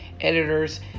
editors